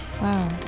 Wow